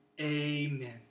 Amen